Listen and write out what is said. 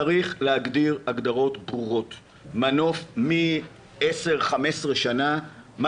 צריך להגדיר הגדרות ברורות שמנוף בן 10,15 שנה,